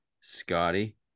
Scotty